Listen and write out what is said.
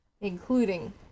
including